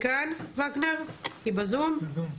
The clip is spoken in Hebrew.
היא כאן וגנר ב־zoom?